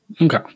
Okay